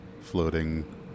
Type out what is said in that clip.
floating